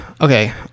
okay